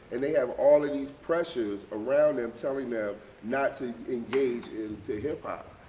and they have all of these pressures around them telling them not to engage in, to hip-hop.